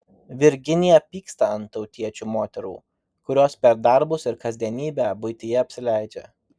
virginija pyksta ant tautiečių moterų kurios per darbus ir kasdienybę buityje apsileidžia